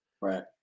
Right